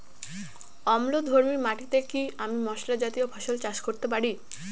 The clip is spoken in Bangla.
অম্লধর্মী মাটিতে কি আমি মশলা জাতীয় ফসল চাষ করতে পারি?